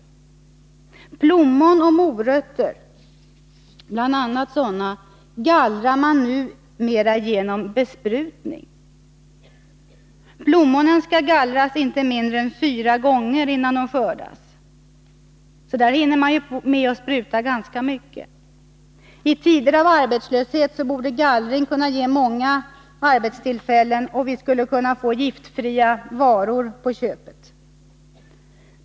a. plommon och morötter gallras numera genom besprutning. Plommonen skall gallras inte mindre än fyra gånger innan de skördas, så den besprutningen hinner bli ganska omfattande. I tider av arbetslöshet borde gallring kunna ge många arbetstillfällen, och vi skulle kunna få giftfria varor på köpet.